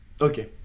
okay